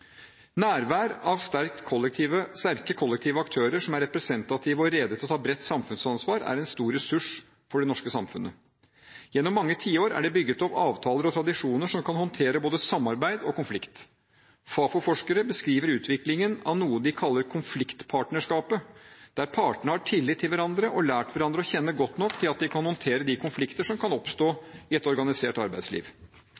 Nærvær av sterke kollektive aktører som er representative og rede til å ta bredt samfunnsansvar, er en stor ressurs for det norske samfunnet. Gjennom mange tiår er det bygget opp avtaler og tradisjoner som kan håndtere både samarbeid og konflikt. Fafo-forskere beskriver utviklingen av noe de kaller konfliktpartnerskapet, der partene har tillit til hverandre og har lært hverandre å kjenne godt nok til at de kan håndtere de konflikter som kan